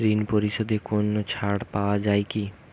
ঋণ পরিশধে কোনো ছাড় পাওয়া যায় কি?